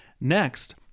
Next